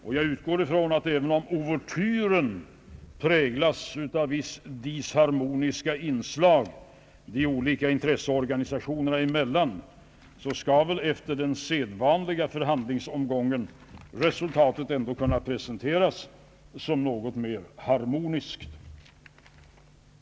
Jag utgår ifrån att resultatet även om ouvertyren präglas av vissa disharmoniska inslag de olika intresseorganisationerna emellan skall efter den sedvanliga förhandlingsomgången ändå kunna presenteras såsom något mer harmoniskt.